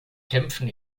kämpfen